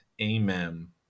Amen